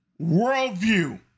worldview